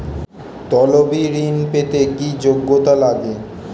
তলবি ঋন পেতে কি যোগ্যতা লাগে?